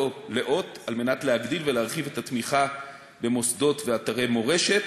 לאות להגדיל ולהרחיב את התמיכה במוסדות ואתרי מורשת,